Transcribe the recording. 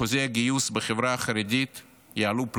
אחוזי הגיוס בחברה החרדית יעלו פלאים.